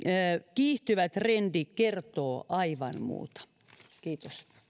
kiihtyvä trendi kertoo aivan muuta